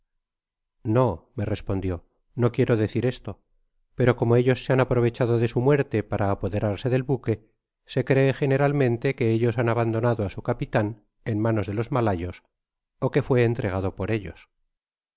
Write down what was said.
no me respondió no quiero decir esto pero como ellos se han aprovechado de su muerte para apoderarse del buque se cree generalmente que ellos han abandonado á su capitan en manos de los malayos é que fue entregado por ellos